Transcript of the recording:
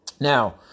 Now